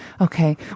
Okay